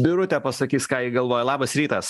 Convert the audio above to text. birutė pasakys ką ji galvoja labas rytas